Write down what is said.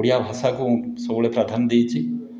ଓଡ଼ିଆ ଭାଷାକୁ ସବୁବେଳେ ପ୍ରାଧାନ୍ୟ ଦେଇଛି